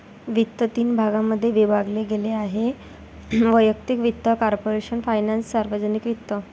वित्त तीन भागांमध्ये विभागले गेले आहेः वैयक्तिक वित्त, कॉर्पोरेशन फायनान्स, सार्वजनिक वित्त